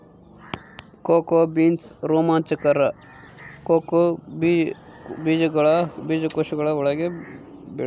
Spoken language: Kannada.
ಕೋಕೋ ಬೀನ್ಸ್ ರೋಮಾಂಚಕ ಕೋಕೋ ಬೀಜಕೋಶಗಳ ಒಳಗೆ ಬೆಳೆತ್ತವ